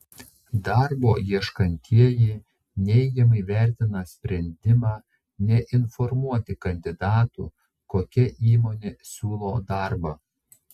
darbo ieškantieji neigiamai vertina sprendimą neinformuoti kandidatų kokia įmonė siūlo darbą